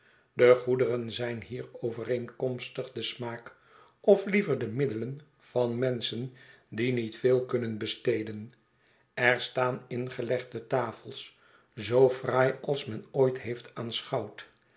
de goederen zijn hier overeenkomstig den smaak of iiever de middelen van menschen die niet veel kunnen besteden er staan ingelegde tafels zoo fraai als men ooit heeft